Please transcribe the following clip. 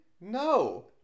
No